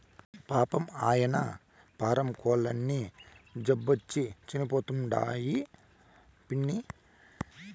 పాపం, ఆయన్న పారం కోల్లన్నీ జబ్బొచ్చి సచ్చిపోతండాయి పిన్నీ